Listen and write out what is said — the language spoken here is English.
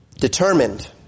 determined